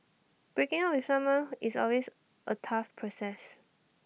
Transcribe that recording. breaking up with someone who is always A tough process